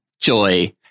Joy